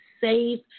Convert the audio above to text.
safe